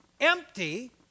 empty